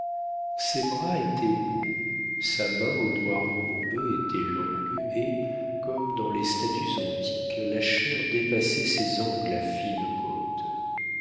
ses bras étaient beaux sa main aux doigts recourbés était longue et comme dans les statues antiques la chair dépassait ses ongles à fines